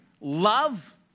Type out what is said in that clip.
love